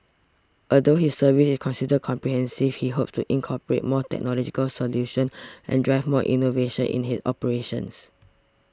although his service is considered comprehensive he hopes to incorporate more technological solutions and drive more innovation in his operations